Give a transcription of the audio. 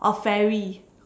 a fairy